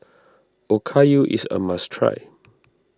Okayu is a must try